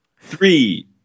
Three